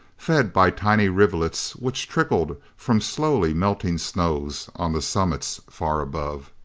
fed by tiny rivulets which trickled from slowly melting snows on the summits far above.